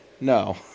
no